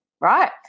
right